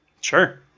sure